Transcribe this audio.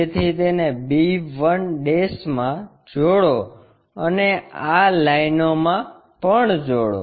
તેથી તેને b1 માં જોડો અને આ લાઇનોમાં પણ જોડો